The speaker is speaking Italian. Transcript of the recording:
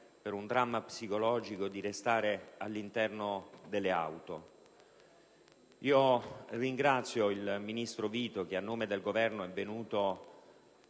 per un dramma psicologico, all'interno delle auto. Ringrazio il ministro Vito che, a nome del Governo, è venuto